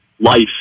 Life